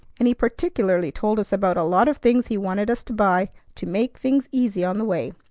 and he particularly told us about a lot of things he wanted us to buy to make things easy on the way.